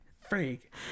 Freak